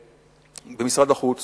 הוקם במשרד החוץ